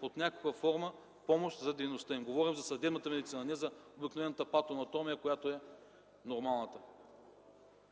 под някаква форма – помощ за дейността им. Говоря за съдебната медицина, а не за обикновената патоанатомия, която е нормалната.